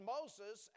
Moses